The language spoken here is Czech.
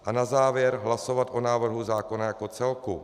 A na závěr hlasovat o návrhu zákona jako celku.